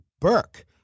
Burke